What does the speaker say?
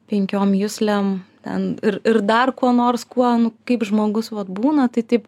penkiom juslėm ten ir ir dar kuo nors kuo nu kaip žmogus vat būna tai taip